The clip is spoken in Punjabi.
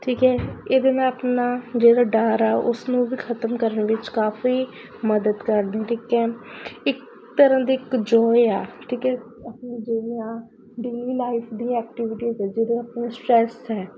ਠੀਕ ਹੈ ਇਹਦੇ ਮੈਂ ਆਪਣਾ ਜਿਹੜਾ ਡਰ ਆ ਉਸ ਨੂੰ ਵੀ ਖਤਮ ਕਰਨ ਵਿੱਚ ਕਾਫੀ ਮਦਦ ਕਰਦੀ ਠੀਕ ਹੈ ਇੱਕ ਤਰ੍ਹਾਂ ਦੀ ਇੱਕ ਜੋ ਇਹ ਆ ਠੀਕ ਹੈ ਆਪਣੀ ਜਿਵੇਂ ਆ ਡੇਲੀ ਲਾਈਫ ਦੀ ਐਕਟੀਵਿਟੀਜ਼ ਹੈ ਜਦੋਂ ਆਪਣਾ ਸਟ੍ਰੈਸ ਹੈ